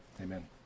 Amen